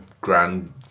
grand